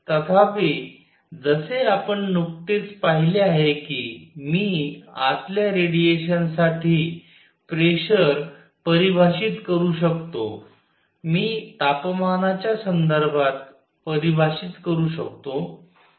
तथापि जसे आपण नुकतेच पाहिले आहे की मी आतल्या रेडिएशनसाठी प्रेशर परिभाषित करू शकतो मी तापमानाच्या संदर्भात परिभाषित करू शकतो